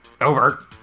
Over